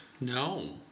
No